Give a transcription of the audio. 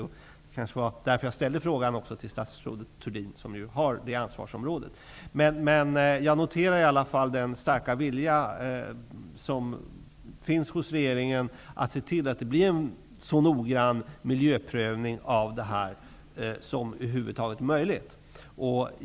Det var nog därför jag ställde frågan till statsrådet Thurdin som har det ansvarsområdet. Jag noterar i alla fall den starka vilja som finns hos regeringen att se till att det görs en så noggrann miljöprövning som möjligt.